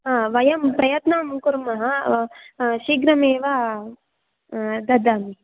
हा वयं प्रयत्नं कुर्मः शीघ्रमेव ददामि